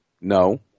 No